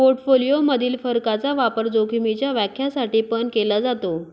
portfolio मधील फरकाचा वापर जोखीमीच्या व्याख्या साठी पण केला जातो